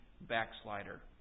backslider